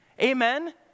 Amen